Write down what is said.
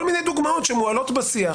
כל מיני דוגמות שמועלות בשיח